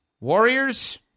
Warriors